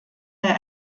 der